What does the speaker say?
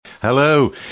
Hello